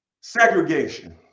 segregation